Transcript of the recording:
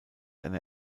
einer